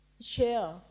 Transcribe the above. share